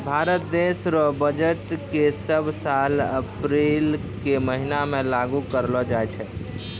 भारत देश रो बजट के सब साल अप्रील के महीना मे लागू करलो जाय छै